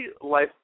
life